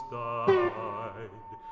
died